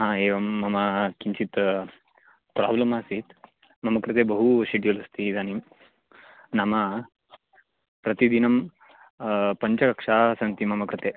हा एवं मम किञ्चित् प्राब्लम् आसीत् मम कृते बहु शेड्यूल् अस्ति इदानीं नाम प्रतिदिनं पञ्चकक्षाः सन्ति मम कृते